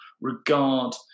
regard